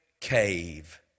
cave